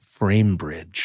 FrameBridge